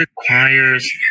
requires